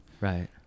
Right